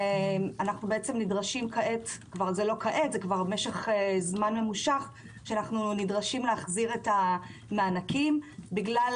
אנחנו נדרשים במשך זמן ממושך להחזיר את המענקים בגלל